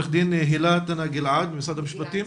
עו"ד הילה טנא-גלעד ממשרד המשפטים.